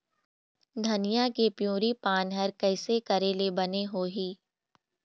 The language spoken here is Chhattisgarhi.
धनिया के पिवरी पान हर कइसे करेले बने होही?